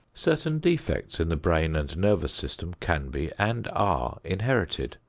certain defects in the brain and nervous system can be and are inherited.